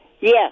yes